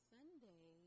Sunday